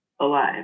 alive